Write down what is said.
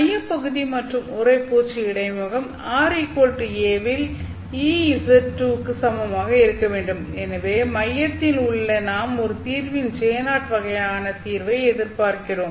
மையப்பகுதி மற்றும் உறைப்பூச்சு இடைமுகம் ra இல் Ez2 க்கு சமமாக இருக்க வேண்டும் எனவே மையத்தின் உள்ளே நாம் ஒரு தீர்வின் J0 வகையான தீர்வை எதிர்பார்க்கிறோம்